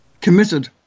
committed